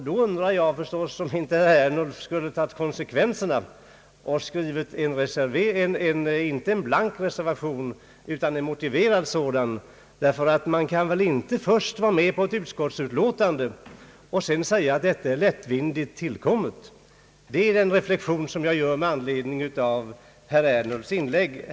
Då undrar jag förstås, om inte herr Ernulf borde ha tagit konsekvenserna och skrivit inte en blank reservation utan en reservation med motivering, ty man kan väl inte först vara med på ett utskottsutlåtande och sedan säga att det är lättvindigt tillkommet. Det är den reflexion jag gör med anledning av herr Ernulfs inlägg.